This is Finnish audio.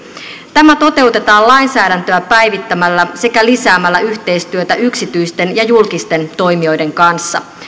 tämä toteutetaan lainsäädäntöä päivittämällä sekä lisäämällä yhteistyötä yksityisten ja julkisten toimijoiden kanssa